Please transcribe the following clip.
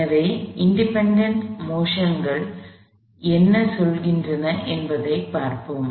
எனவே இன்டிபேன்டென்ட் மோஷன்கள் என்ன சொல்கின்றன என்பதை பார்ப்போம்